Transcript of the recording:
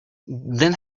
then